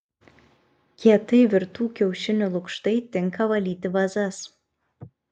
kietai virtų kiaušinių lukštai tinka valyti vazas